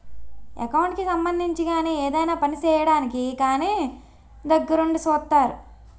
account కి సంబంధించి గాని ఏదైనా పని చేయడానికి కానీ దగ్గరుండి సూత్తారు